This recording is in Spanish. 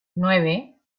nueve